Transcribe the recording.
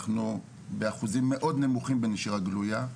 אנחנו באחוזים מאוד נמוכים בנשירה גלויה,